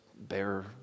bear